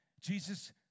Jesus